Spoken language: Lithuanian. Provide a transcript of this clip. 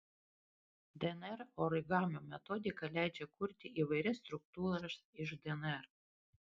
dnr origamio metodika leidžia kurti įvairias struktūras iš dnr